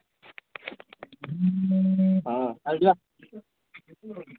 ହଁ ଚାଲ ଯିବା